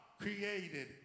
created